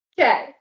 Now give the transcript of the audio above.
Okay